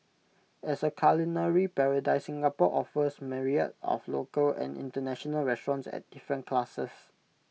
as A culinary paradise Singapore offers myriad of local and International restaurants at different classes